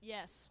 Yes